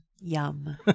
Yum